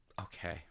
Okay